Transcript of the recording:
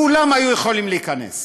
כולם היו יכולים להיכנס.